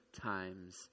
times